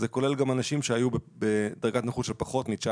זה כולל גם אנשים שהיו בדרגת נכות של פחות מ-19,